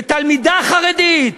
בתלמידה חרדית,